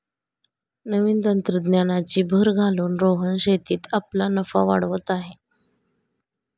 नवीन तंत्रज्ञानाची भर घालून रोहन शेतीत आपला नफा वाढवत आहे